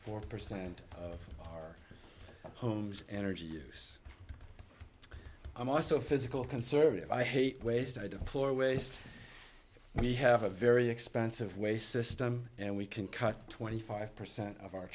four percent of our homes energy use i'm also physical conservative i hate waste i deplore waste we have a very expensive way system and we can cut twenty five percent of our